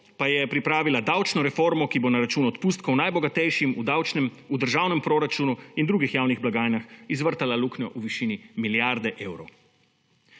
pa je pripravila davčno reformo, ki bo na račun odpustkov najbogatejšim v državnem proračunu in drugih javnih blagajnah izvrtala luknjo v višini milijarde evrov.